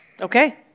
Okay